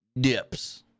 dips